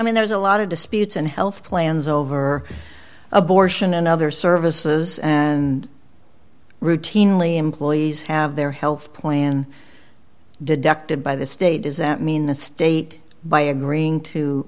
mean there's a lot of disputes and health plans over abortion and other services and routinely employees have their health plan deducted by the state does that mean the state by agreeing to